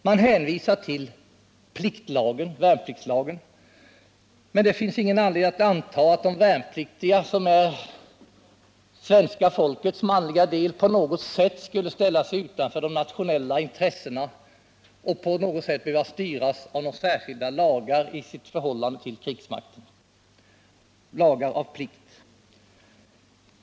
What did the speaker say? Det hänvisas visserligen till värnpliktslagen, men det finns ingen anledning att anta att de värnpliktiga, som är svenska folkets manliga del, på något sätt skulle ställa sig utanför de nationella intressena eller behöva styras av särskilda lagar — lagar av plikt — i sitt förhållande till krigsmakten.